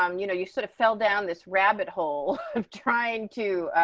um you know, you sort of fell down this rabbit hole of trying to